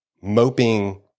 moping